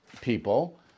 people